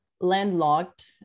landlocked